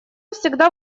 всегда